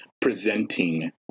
presenting